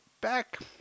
back